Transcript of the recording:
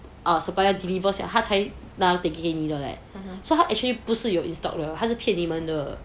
eh supplier deliver 下来他才拿给你的 leh so 他 actually 不是有 in stock 他是骗你的了